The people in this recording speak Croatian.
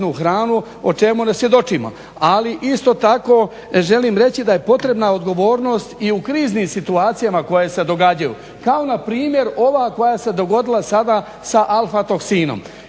hranu o čemu ne svjedočimo. Ali isto tako želim reći da je potrebna odgovornost i u kriznim situacijama koje se događaju kao na primjer ova koja se dogodila sada sa alfa toksinom.